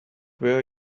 were